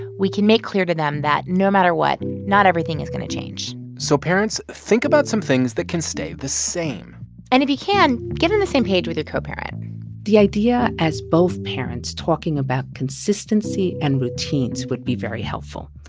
we can make clear to them that, no matter what, not everything is going to change so, parents, think about some things that can stay the same and if you can, get on the same page with your co-parent the idea as both parents talking about consistency and routines would be very helpful.